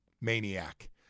maniac